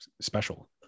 special